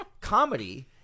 comedy –